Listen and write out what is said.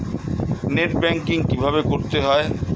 Net banking কীভাবে করতে হয়?